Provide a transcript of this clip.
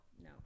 No